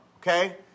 okay